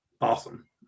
Awesome